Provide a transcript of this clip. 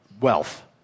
wealth